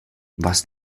was